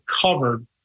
covered